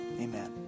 amen